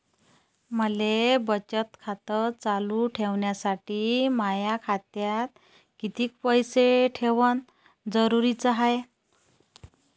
मले बचत खातं चालू ठेवासाठी माया खात्यात कितीक पैसे ठेवण जरुरीच हाय?